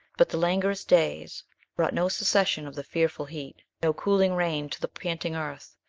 but the languorous days brought no cessation of the fearful heat, no cooling rain to the panting earth,